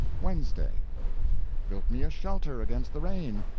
wednesday built me a shelter against the rain,